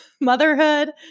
motherhood